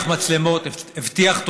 הבטיח מצלמות,